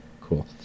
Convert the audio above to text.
cool